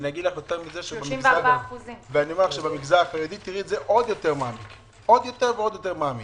במגזר החרדי זה עוד יותר מעמיק.